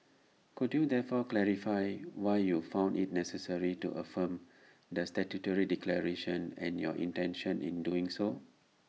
could you therefore clarify why you found IT necessary to affirm the statutory declaration and your intentions in doing so